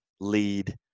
lead